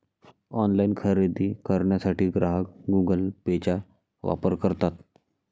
online खरेदी करण्यासाठी ग्राहक गुगल पेचा वापर करतात